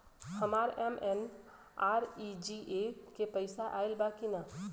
हमार एम.एन.आर.ई.जी.ए के पैसा आइल बा कि ना?